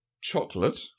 chocolate